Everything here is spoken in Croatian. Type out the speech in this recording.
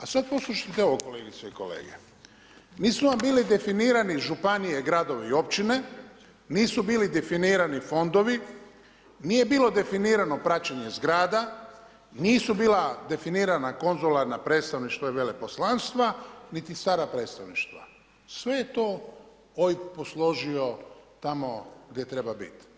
A sad poslušajte ovo, kolegice i kolege, nisu vam bili definirani županije, gradove i općine, nisu bili definirani fondovi, nije bilo definirano praćenje zgrada, nisu bila definirana konzularna predstavništva i veleposlanstva niti stara predstavništva, sve je to OIB posložio tamo gdje treba biti.